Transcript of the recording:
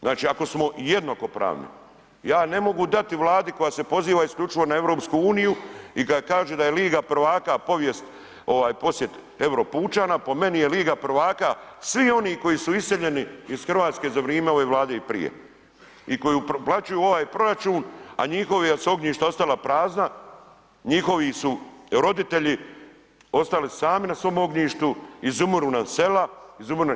Znači ako smo jednakopravni ja ne mogu dati Vladi koja se poziva isključivo na EU i kad kaže da je liga prvaka povijest, posjet Europučana po meni je liga prvaka svih onih koji su iseljeni iz Hrvatske za vrijeme ove Vlade i prije i koji uplaćuju u ovaj proračun, a njihova su ognjišta ostala prazna, njihovi su roditelji ostali sami na svom ognjištu, izumiru nam sela, izumiru.